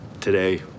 today